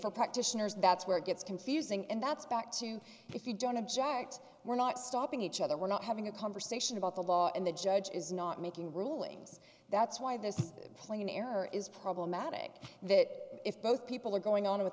enfield practitioners that's where it gets confusing and that's back to if you don't object we're not stopping each other we're not having a conversation about the law and the judge is not making rulings that's why this plane error is problematic that if both people are going on with